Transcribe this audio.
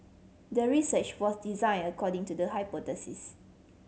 the research was designed according to the hypothesis